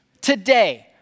today